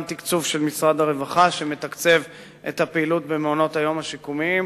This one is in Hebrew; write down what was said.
גם תקצוב של משרד הרווחה שמתקצב את הפעילות במעונות היום השיקומיים.